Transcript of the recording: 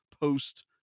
post